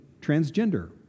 transgender